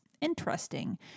interesting